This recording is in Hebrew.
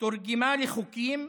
תורגמה לחוקים,